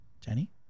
Jenny